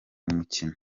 mukino